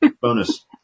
Bonus